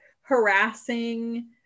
harassing